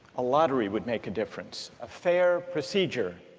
a lottery would make a difference a fair procedure,